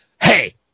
hey